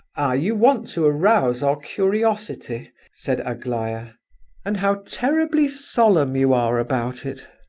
ah, you want to arouse our curiosity! said aglaya and how terribly solemn you are about it!